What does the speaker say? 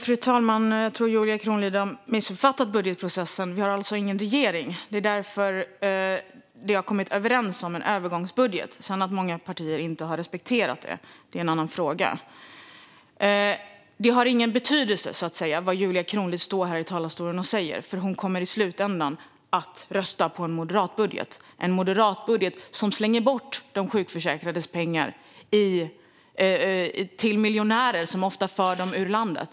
Fru talman! Jag tror att Julia Kronlid har missuppfattat budgetprocessen. Vi har alltså ingen regering; det är därför det har gjorts en överenskommelse om en övergångsbudget. Att många partier sedan inte har respekterat detta är en annan fråga. Det har ingen betydelse, så att säga, vad Julia Kronlid står här i talarstolen och säger, för hon kommer i slutändan att rösta på en moderat budget. Det är en moderat budget som slänger bort de sjukförsäkrades pengar till miljonärer, som ofta för dem ut ur landet.